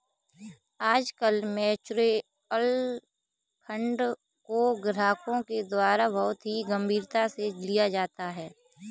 आजकल mutual fund को ग्राहकों के द्वारा बहुत ही गम्भीरता से लिया जाता है